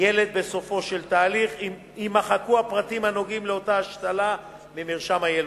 ילד בסופו של תהליך יימחקו הפרטים הנוגעים לאותה השתלה ממרשם היילודים.